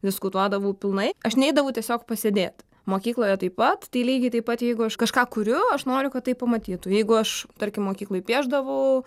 diskutuodavau pilnai aš neidavau tiesiog pasėdėt mokykloje taip pat tai lygiai taip pat jeigu aš kažką kuriu aš noriu kad tai pamatytų jeigu aš tarkim mokykloj piešdavau